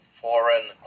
foreign